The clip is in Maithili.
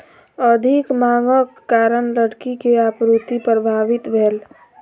अधिक मांगक कारण लकड़ी के आपूर्ति प्रभावित भेल